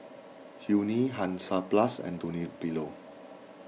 Yuri Hansaplast and Dunlopillo